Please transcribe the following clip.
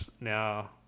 Now